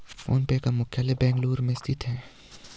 phone पे का मुख्यालय बेंगलुरु में स्थित है